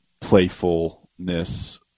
playfulness